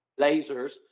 lasers